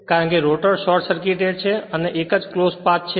કારણ કે rotor short circuited છે અને તેથી તે એક ક્લોજ પાથ છે